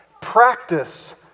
Practice